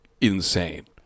insane